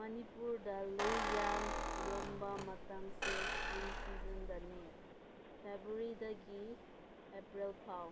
ꯃꯅꯤꯄꯨꯔꯗ ꯂꯩ ꯌꯥꯝꯅ ꯌꯣꯟꯕ ꯃꯇꯝꯁꯦ ꯏꯁꯄ꯭ꯔꯤꯡ ꯁꯤꯖꯟꯗꯅꯦ ꯐꯦꯕ꯭ꯔꯔꯤꯗꯒꯤ ꯑꯦꯄ꯭ꯔꯤꯜ ꯐꯥꯎꯕ